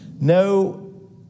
No